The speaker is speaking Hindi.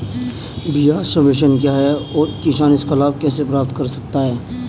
ब्याज सबवेंशन क्या है और किसान इसका लाभ कैसे प्राप्त कर सकता है?